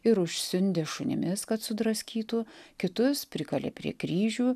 ir užsiundė šunimis kad sudraskytų kitus prikalė prie kryžių